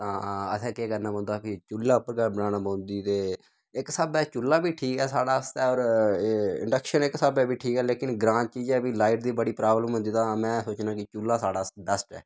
असें केह् करना पौंदा कि चुल्ले उप्पर गै बनानी पौंदी ते इक स्हाबै चुल्ला बी ठीक ऐ साढ़े आस्ते ओह् एह् इंडक्शन इक स्हाबै बी ठीक ऐ लेकिन ग्रांऽ च इ'यै कि लाइट दी बड़ी प्राब्लम होंदी तां मै सोचना कि चुल्ला साढ़े आस्तै बेस्ट ऐ